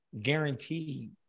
Guaranteed